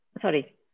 sorry